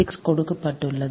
6 கொடுக்கப்பட்டுள்ளது